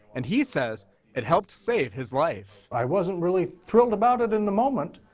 and he says it helped save his life. i wasn't really thrilled about it in the moment,